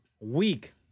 week